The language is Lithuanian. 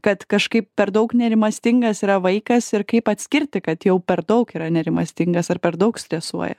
kad kažkaip per daug nerimastingas yra vaikas ir kaip atskirti kad jau per daug yra nerimastingas ar per daug stresuoja